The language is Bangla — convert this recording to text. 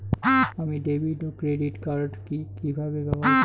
আমি ডেভিড ও ক্রেডিট কার্ড কি কিভাবে ব্যবহার করব?